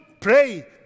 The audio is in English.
pray